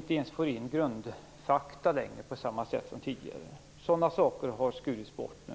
Vi får inte ens in grundfakta längre på samma sätt som tidigare. Sådana saker har skurits bort nu.